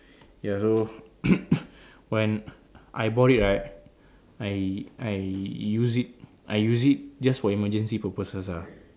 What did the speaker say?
ya so when I bought it right I I use it I use it just for emergency purposes ah